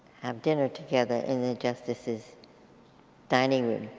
dinner together in the justices' dining